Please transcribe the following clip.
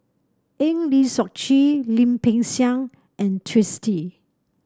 Eng Lee Seok Chee Lim Peng Siang and Twisstii